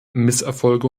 misserfolge